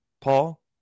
Paul